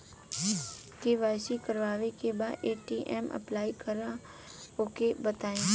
KYC करावे के बा ए.टी.एम अप्लाई करा ओके बताई?